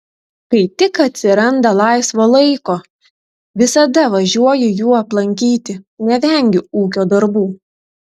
kai tik atsiranda laisvo laiko visada važiuoju jų aplankyti nevengiu ūkio darbų